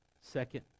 second